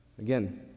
Again